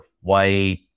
white